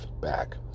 back